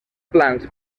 plans